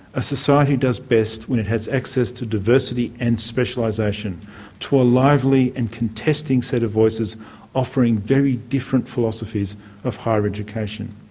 a society does best when it has access to diversity and specialisation to a lively and contesting set of voices offering very different philosophies of higher education.